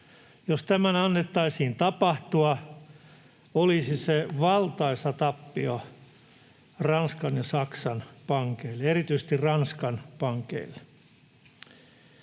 jos tämän annettaisiin tapahtua, olisi se valtaisa tappio Ranskan ja Saksan pankeille, erityisesti Ranskan pankeille.